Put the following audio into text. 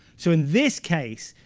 so in this case,